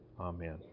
Amen